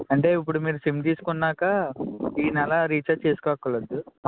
అంటే ఇప్పుడు మీరు సిమ్ తీసుకున్నాక ఈ నెల రిచార్జ్ చేసుకో అక్కర్లలేదు